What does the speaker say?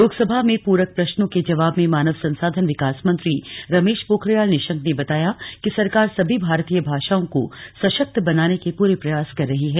लोकसभा में पूरक प्रश्नों के जवाब में मानव संसाधन विकास मंत्री रमेश पोखरियाल निशंक ने बताया कि सरकार सभी भारतीय भाषाओं को सशक्त बनाने के पूरे प्रयास कर रही है